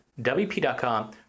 WP.com